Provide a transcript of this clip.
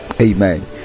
Amen